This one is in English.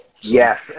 Yes